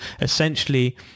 essentially